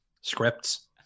scripts